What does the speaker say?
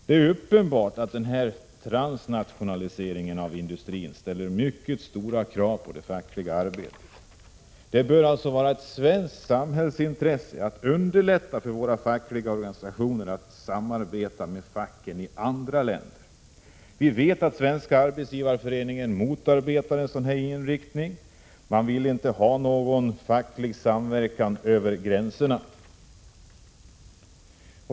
Det är uppenbart att denna transnationalisering av industrin ställer mycket stora krav på det fackliga arbetet. Det bör alltså vara ett svenskt samhällsintresse att underlätta för våra fackliga organisationer att samarbeta med facken i andra länder. Vi vet att Svenska arbetsgivareföreningen motarbetar detta. Man vill inte ha någon facklig samverkan över gränserna.